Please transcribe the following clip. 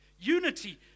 Unity